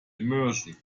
immersion